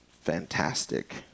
Fantastic